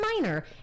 minor